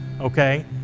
okay